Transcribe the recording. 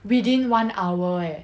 within one hour eh